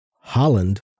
Holland